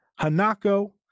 Hanako